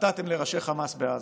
שנתתם לראשי חמאס בעזה.